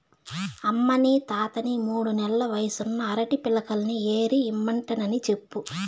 అమ్మనీ తాతని మూడు నెల్ల వయసున్న అరటి పిలకల్ని ఏరి ఇమ్మంటినని చెప్పు